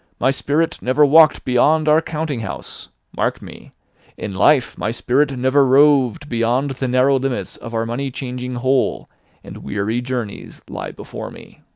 my spirit never walked beyond our counting-house mark me in life my spirit never roved beyond the narrow limits of our money-changing hole and weary journeys lie before me!